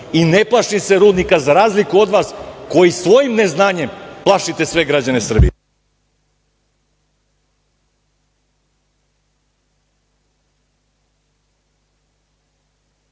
i ne plašim se rudnika za razliku od vas, koji svojim neznanjem plašite sve građane Srbije.